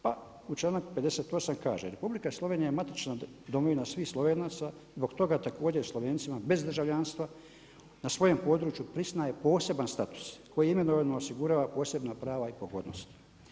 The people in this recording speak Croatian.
Pa članak 58. kaže: „Republika Slovenija je matična domovina svih Slovenaca, zbog toga također Slovencima bez državljanstva na svojem području priznaje poseban status koji imenovanima osigurava posebna prava i pogodnosti.